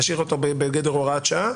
נשאיר אותו בגדר הוראת שעה,